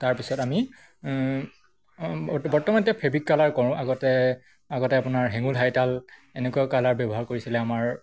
তাৰপিছত আমি বৰ্তমান এতিয়া ফেব্ৰিক কালাৰ কৰোঁ আগতে আগতে আপোনাৰ হেঙুল ঠাইতাল এনেকুৱা কালাৰ ব্যৱহাৰ কৰিছিলে আমাৰ